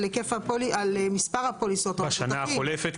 על מספר הפוליסות --- בשנה החולפת,